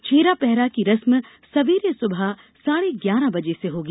छेरा पहरा की रस्म सवेरे सुबह साढे ग्यारह बजे होगी